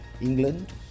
England